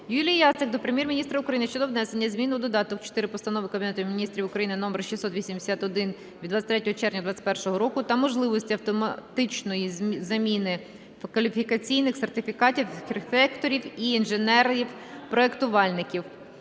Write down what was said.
Юлії Яцик до Прем'єр-міністра України щодо внесення змін у Додаток 4 Постанови Кабінету Міністрів України № 681 від 23 червня 2021 року та можливості автоматичної заміни кваліфікаційних сертифікатів архітекторів і інженерів-проектувальників.